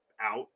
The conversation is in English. out